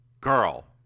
girl